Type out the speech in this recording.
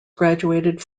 graduated